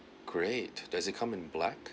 great does it come in black